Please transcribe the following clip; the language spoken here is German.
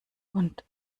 und